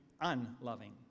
unloving